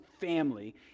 family